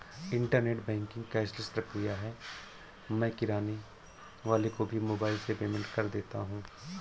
internet banking cashless प्रक्रिया है मैं किराने वाले को भी मोबाइल से पेमेंट कर देता हूँ